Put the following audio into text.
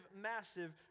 massive